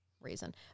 reason